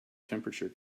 temperature